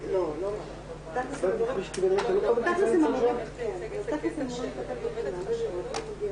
ולא יעמיד להם תקציבים אם זה יהיה במשרד אחר,